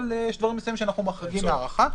אבל יש דברים מסוימים שאנחנו מחריגים מהארכה.